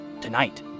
Tonight